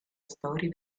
storia